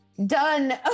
done